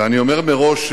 ואני אומר מראש,